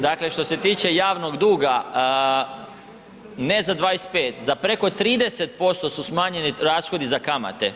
Dakle, što se tiče javnog duga, ne za 25, za preko 30% su smanjeni rashodi za kamate.